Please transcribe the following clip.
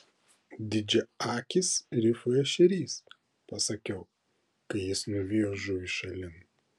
didžiaakis rifų ešerys pasakiau kai jis nuvijo žuvį šalin